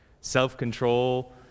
self-control